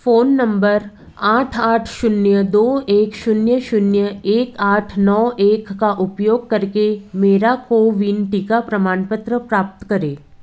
phone number आठ आठ शून्य दो एक शून्य शून्य एक आठ नौ एक का उपयोग करके मेरा कोवीन टीका प्रमाणपत्र प्राप्त करें